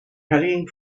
hurrying